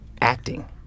acting